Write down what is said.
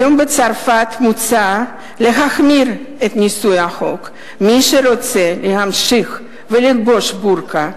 היום בצרפת מוצע להחמיר את ניסוח החוק: מי שרוצה להמשיך וללבוש בורקה,